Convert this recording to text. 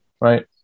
right